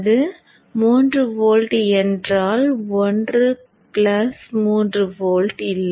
அது 3 வோல்ட் என்றால் 1 plus 3 volt இல்லை